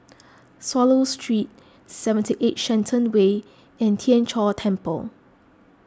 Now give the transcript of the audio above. Swallow Street seventy eight Shenton Way and Tien Chor Temple